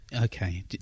Okay